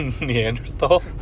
Neanderthal